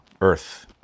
earth